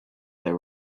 there